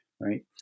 right